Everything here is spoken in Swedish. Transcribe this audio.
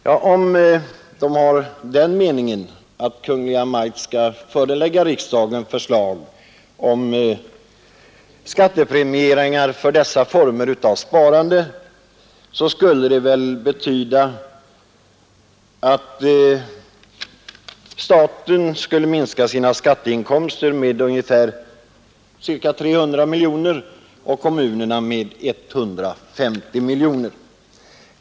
Om reservanterna har den meningen, att Kungl. Maj:t skall förelägga riksdagen förslag om skattepremieringar för dessa former av sparande, skulle det väl betyda att staten skulle minska sina skatteinkomster med omkring 300 miljoner kronor och kommunerna med ca 150 miljoner.